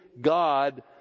God